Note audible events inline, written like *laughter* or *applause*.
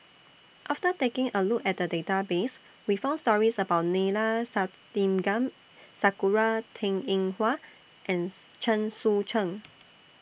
after taking A Look At The Database We found stories about Neila Sathyalingam Sakura Teng Ying Hua and *noise* Chen Sucheng